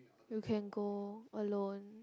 you can go alone